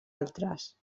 altres